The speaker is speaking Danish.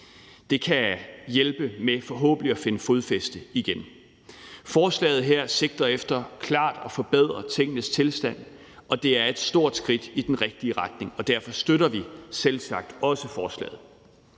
hjælpe dem med at finde fodfæste igen. Forslaget her sigter efter klart at forbedre tingenes tilstand, og det er et stort skridt i den rigtige retning, og derfor støtter vi selvsagt også forslaget.